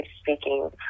speaking